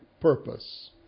purpose